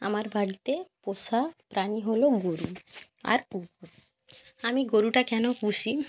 আমার বাড়িতে পোষা প্রাণী হলো গরু আর কুকুর আমি গরুটা কেনো পুষি